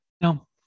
no